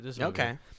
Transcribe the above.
Okay